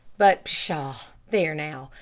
but pshaw, there now!